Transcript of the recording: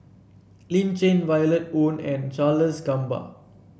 Lin Chen Violet Oon and Charles Gamba